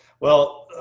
well,